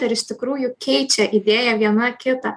ar iš tikrųjų keičia idėja viena kitą